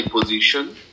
position